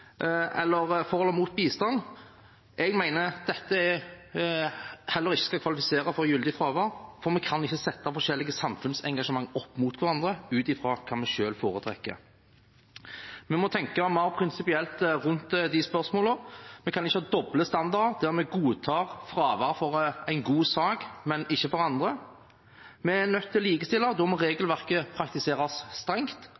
eller for eller mot bistand? Jeg mener dette heller ikke skal kvalifisere for gyldig fravær, for vi kan ikke sette forskjellige samfunnsengasjement opp mot hverandre ut fra hva vi selv foretrekker. Vi må tenke mer prinsipielt rundt de spørsmålene. Vi kan ikke ha doble standarder der vi godtar fravær for én god sak, men ikke for andre. Vi er nødt til å likestille. Da må